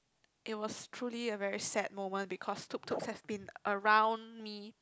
it was truly a very sad moment because Tutu has been around me